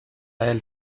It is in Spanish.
del